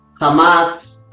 Hamas